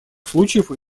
случаев